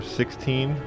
sixteen